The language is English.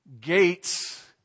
Gates